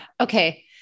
Okay